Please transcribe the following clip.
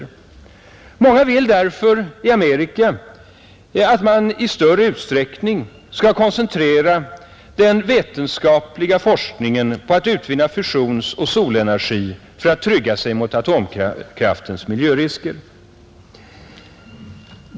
I Amerika vill därför många att man i större utsträckning skall koncentrera den vetenskapliga forskningen på att utvinna fusionsoch solenergi för att trygga sig mot atomkraftens miljörisker.